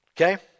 Okay